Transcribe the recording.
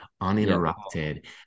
uninterrupted